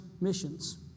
missions